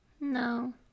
no